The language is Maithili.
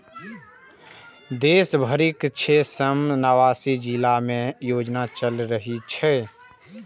देश भरिक छह सय नवासी जिला मे ई योजना चलि रहल छै